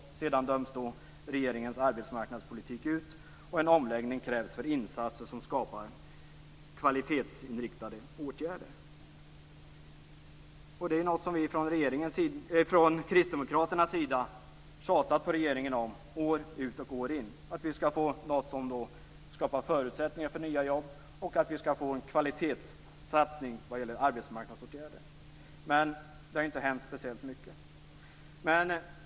Sedan döms regeringens arbetsmarknadspolitik ut, och en omläggning krävs för insatser som skapar kvalitetsinriktade åtgärder. Vi har från regeringens, jag menar Kristdemokraternas, sida år in och år ut tjatat på regeringen om att vi skall få något som skapar förutsättningar för nya jobb och att vi skall få en kvalitetssatsning vad gäller arbetsmarknadsåtgärder. Men det har inte hänt speciellt mycket.